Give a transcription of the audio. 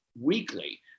weekly